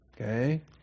Okay